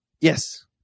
Yes